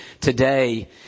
today